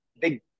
big